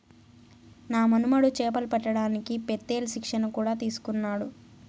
నా మనుమడు చేపలు పట్టడానికి పెత్తేల్ శిక్షణ కూడా తీసుకున్నాడు